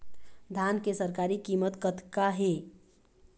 धान के सरकारी कीमत कतका हे?